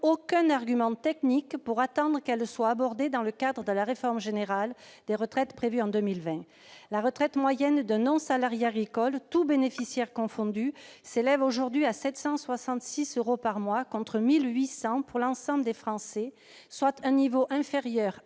aucun argument technique pour attendre qu'elles soient abordées dans le cadre de la réforme générale des retraites prévue en 2020. La retraite moyenne d'un non-salarié agricole, tous bénéficiaires confondus, s'élève aujourd'hui à 766 euros par mois, contre 1 800 euros pour l'ensemble des Français, soit un niveau inférieur